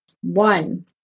One